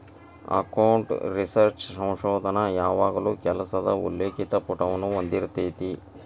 account research ಸಂಶೋಧನ ಯಾವಾಗಲೂ ಕೆಲಸದ ಉಲ್ಲೇಖಿತ ಪುಟವನ್ನ ಹೊಂದಿರತೆತಿ